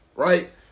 Right